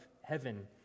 heaven